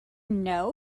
know